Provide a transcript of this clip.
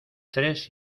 tres